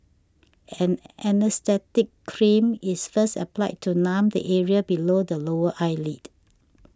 an anaesthetic cream is first applied to numb the area below the lower eyelid